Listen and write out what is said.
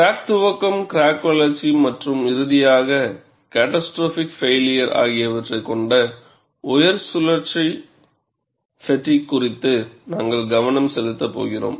crack துவக்கம் crack வளர்ச்சி மற்றும் இறுதியாக கேட்டாஸ்ட்ரோபிக் ஃப்பைளியர் ஆகியவற்றைக் கொண்ட உயர் சுழற்சி ஃப்பெட்டிக் குறித்து நாங்கள் கவனம் செலுத்தப் போகிறோம்